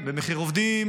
במחיר עובדים.